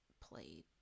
played